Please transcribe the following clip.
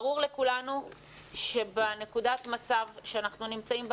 ברור לכולנו שבנקודת מצב שאנחנו נמצאים בה